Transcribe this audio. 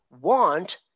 want